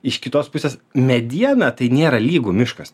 iš kitos pusės mediena tai nėra lygu miškas